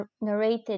narrated